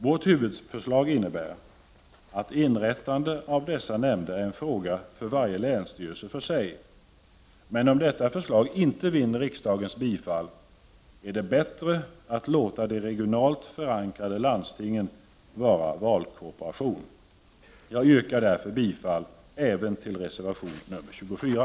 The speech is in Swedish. Vårt huvudförslag innebär att inrättande av dessa nämnder är en fråga för varje länsstyrelse för sig, men om detta förslag inte vinner riksdagens bifall är det bättre att låta de regionalt förankrade landstingen vara valkorporation. Jag yrkar därför bifall även till reservation nr 24.